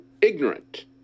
ignorant